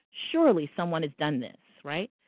surely, someone has done this, right?